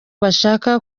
bashaka